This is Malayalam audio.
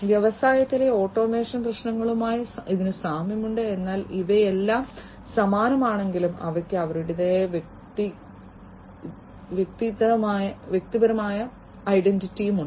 വ്യവസായത്തിലെ ഓട്ടോമേഷൻ പ്രശ്നങ്ങളുമായി സാമ്യമുണ്ട് എന്നാൽ ഇവയെല്ലാം സമാനമാണെങ്കിലും അവയ്ക്ക് അവരുടേതായ വ്യതിരിക്തമായ ഐഡന്റിറ്റി ഉണ്ട്